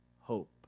hope